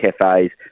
cafes